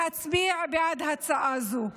להצביע בעד הצעה זו.